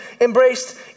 embraced